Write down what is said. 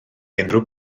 unrhyw